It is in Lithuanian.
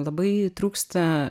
labai trūksta